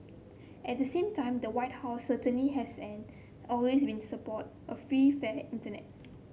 at the same time the White House certainly has and always win support a free fair Internet